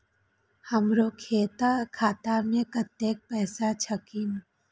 हमरो खाता में कतेक पैसा छकीन?